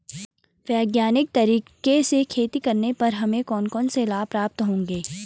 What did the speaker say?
वैज्ञानिक तरीके से खेती करने पर हमें कौन कौन से लाभ प्राप्त होंगे?